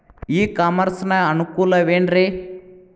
E commerce ನ ಅನುಕೂಲವೇನ್ರೇ?